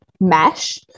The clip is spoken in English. mesh